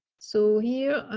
so here,